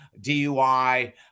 DUI